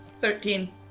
Thirteen